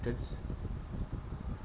that's